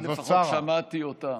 אני לפחות שמעתי אותה.